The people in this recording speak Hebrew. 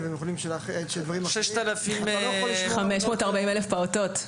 אתה לא יכול לשמור על --- 540,000 פעוטות.